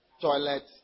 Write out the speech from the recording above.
toilets